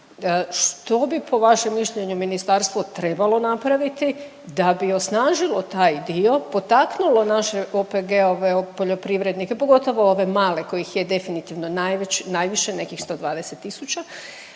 Što bi po vašem mišljenju ministarstvo trebalo napraviti da bi osnažilo taj dio, potaknulo naše OPG-ove, poljoprivrednike, pogotovo ove male kojih je definitivno najveći, najviše nekih 120 tisuća